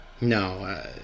No